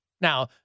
Now